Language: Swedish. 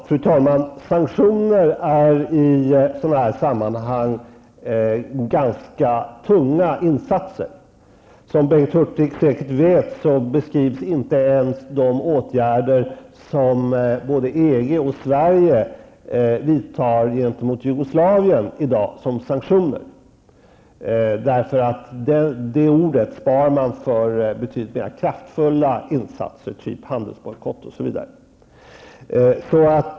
Fru talman! Sanktioner är i sådana här sammanhang ganska tunga insatser. Som Bengt Hurtig säkert vet beskrivs inte ens de åtgärder som både EG och Sverige i dag vidtar gentemot Jugoslavien som sanktioner. Den benämningen sparas nämligen för betydligt mer kraftfulla insatser, exempelvis handelsbojkotter.